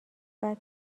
بعد